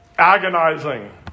agonizing